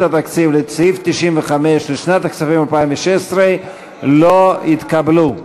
לתקציב לסעיף 95 לשנת התקציב 2016 לא התקבלו.